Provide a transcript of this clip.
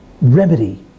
remedy